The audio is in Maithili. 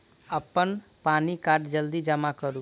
अप्पन पानि कार्ड जल्दी जमा करू?